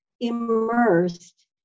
immersed